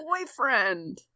boyfriend